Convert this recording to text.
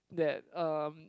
that um